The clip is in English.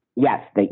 Yes